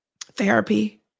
therapy